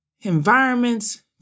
environments